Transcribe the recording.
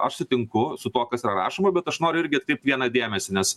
aš sutinku su tuo kas yra rašoma bet aš noriu irgi atkreipt vieną dėmesį nes